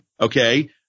Okay